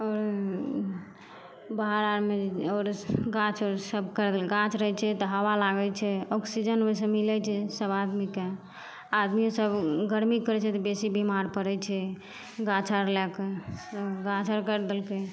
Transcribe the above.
पानि बाहर आरमे जे आओर गाछ सबके गाछ रहै छै तऽ हवा लागै छै ऑक्सीजन ओहिसॅं मिलै छै सब आदमीके आदमी सब गर्मी पड़ै छै तऽ बेसी बीमार पड़ै छै गाछ आर लैकए सब गाछे काटि देलकै